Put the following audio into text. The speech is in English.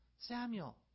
Samuel